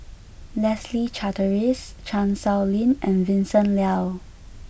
Leslie Charteris Chan Sow Lin and Vincent Leow